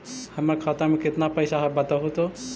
हमर खाता में केतना पैसा है बतहू तो?